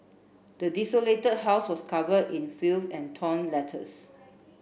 the desolated house was cover in filth and torn letters